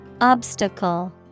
Obstacle